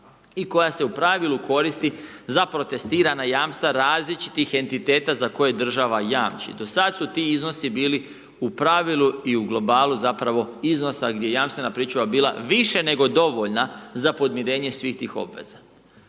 i koja se u pravilu koristi za protestirana jamstva različitih entiteta, za koje država jamči. Do sada su ti iznosi bili u pravilu i u globalu, zapravo iznosa gdje jamstvena pričuva bila više nego dovoljna za podmirenje svih tih obveza.